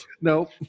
nope